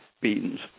beans